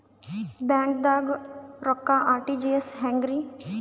ಬ್ಯಾಂಕ್ದಾಗ ರೊಕ್ಕ ಆರ್.ಟಿ.ಜಿ.ಎಸ್ ಹೆಂಗ್ರಿ?